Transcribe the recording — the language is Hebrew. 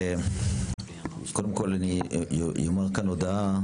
קודם כל אני אומר כאן הודעה.